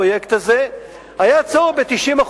היה צורך ב-90%.